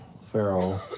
Pharaoh